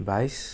বাইছ